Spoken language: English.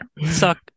suck